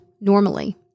normally